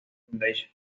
foundation